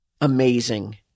amazing